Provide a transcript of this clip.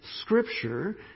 Scripture